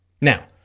Now